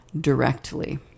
directly